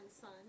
son